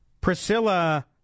Priscilla